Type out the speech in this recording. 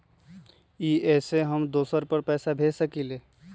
इ सेऐ हम दुसर पर पैसा भेज सकील?